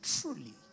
truly